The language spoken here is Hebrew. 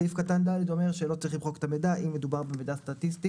סעיף קטן (ד) אומר שלא צריך למחוק את המידע אם מדובר במידע סטטיסטי,